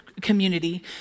community